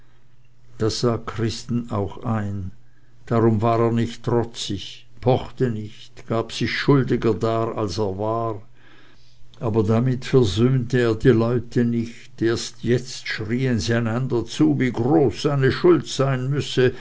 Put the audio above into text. das sah christen auch ein darum war er nicht trotzig pochte nicht gab sich schuldiger dar als er war aber damit versöhnte er die leute nicht erst jetzt schrien sie einander zu wie groß seine schuld sein müsse